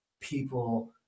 people